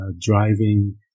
driving